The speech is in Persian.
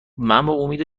امید